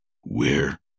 Where